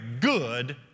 good